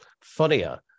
funnier